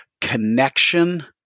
connection